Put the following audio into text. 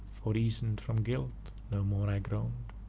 for, eas'd and from guilt, no more i groan'd.